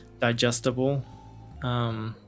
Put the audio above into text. digestible